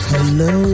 Hello